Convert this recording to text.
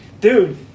Dude